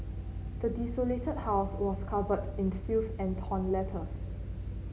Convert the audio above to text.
the desolated house was covered in filth and torn letters